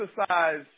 exercise